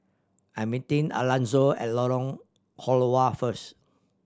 I'm meeting Alanzo at Lorong Halwa first